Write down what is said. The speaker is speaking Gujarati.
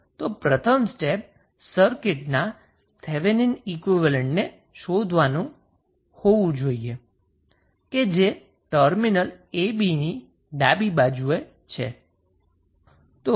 તો પ્રથમ સ્ટેપ સર્કિટના થેવેનિન ઈક્વીવેલેન્ટને શોધવાનું હોવું જોઈએ જે ટર્મિનલ ab ની ડાબી બાજુએ છે